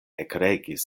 ekregis